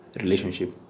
relationship